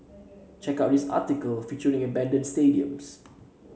check out this article featuring abandoned stadiums